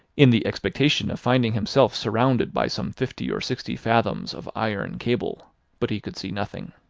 in the expectation of finding himself surrounded by some fifty or sixty fathoms of iron cable but he could see nothing.